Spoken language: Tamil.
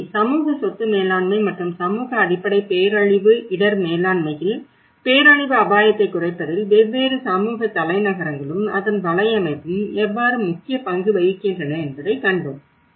எனவே சமூக சொத்து மேலாண்மை மற்றும் சமூக அடிப்படை பேரழிவு இடர் மேலாண்மையில் பேரழிவு அபாயத்தைக் குறைப்பதில் வெவ்வேறு சமூக தலைநகரங்களும் அதன் வலையமைப்பும் எவ்வாறு முக்கிய பங்கு வகிக்கின்றன என்பதை கண்டோம்